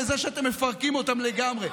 לזה שאתם מפרקים אותם לגמרי?